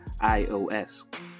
iOS